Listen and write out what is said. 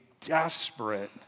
desperate